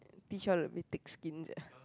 teach you how to be thick skin sia